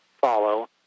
follow